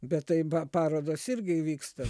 bet tai ba parodos irgi vyksta